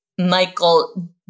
Michael